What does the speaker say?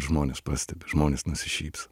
žmonės pastebi žmonės nusišypso